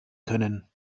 können